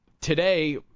today –